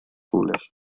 foolish